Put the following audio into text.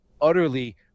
utterly